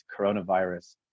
coronavirus